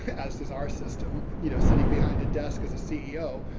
as is our system, you know, sitting behind a desk as a ceo,